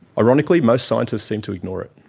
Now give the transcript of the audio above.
ironically, most scientists seem to ignore it.